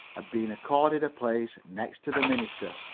been accorded a place next to the minister.